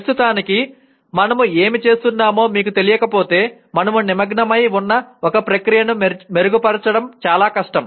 ప్రస్తుతానికి మనము ఏమి చేస్తున్నామో మీకు తెలియకపోతే మనము నిమగ్నమై ఉన్న ఒక ప్రక్రియను మెరుగుపరచడం చాలా కష్టం